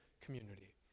community